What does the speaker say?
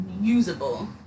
usable